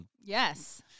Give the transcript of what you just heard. Yes